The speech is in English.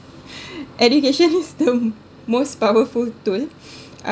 education is the most powerful tool